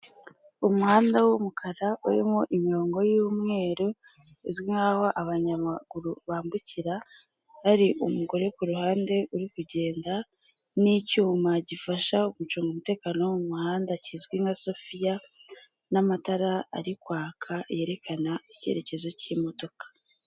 Umuhanda w'umukara urimo imirongo y'umweru izwi nk'aho abanyamaguru bambukira hari umugore kuruhande uri kugenda n'icyuma gifasha gucunga umutekano wo mu muhanda kizwi nka sofiya n'amatara ari kwaka yerekana icyerekezo cy'imodoka.